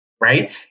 right